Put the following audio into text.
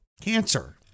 cancer